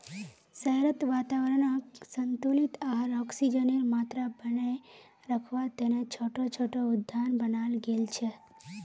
शहरत वातावरनक संतुलित आर ऑक्सीजनेर मात्रा बनेए रखवा तने छोटो छोटो उद्यान बनाल गेल छे